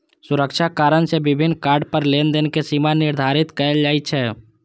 सुरक्षा कारण सं विभिन्न कार्ड पर लेनदेन के सीमा निर्धारित कैल जाइ छै